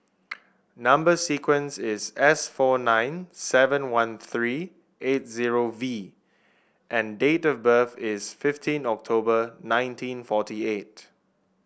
number sequence is S four nine seven one three eight zero V and date of birth is fifteen October nineteen forty eight